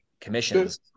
commissions